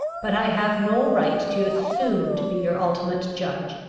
but i have no right to assume to be your ultimate judge.